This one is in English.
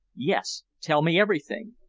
yes, tell me everything.